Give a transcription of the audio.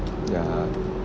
ya